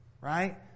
Right